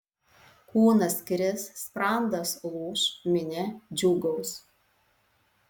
kūnas kris sprandas lūš minia džiūgaus